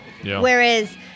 Whereas